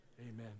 amen